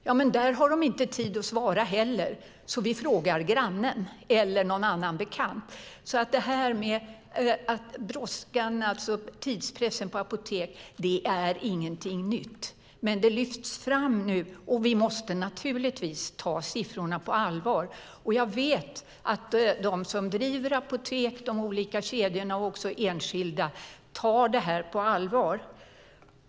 Man sade: Där har de inte tid att svara heller, så vi frågar grannen eller någon annan bekant. Tidspressen på apotek är alltså ingenting nytt. Men det lyfts fram nu, och vi måste naturligtvis ta siffrorna på allvar. Och jag vet att de som driver apotek, de olika kedjorna och också enskilda, tar det här på allvar.